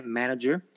manager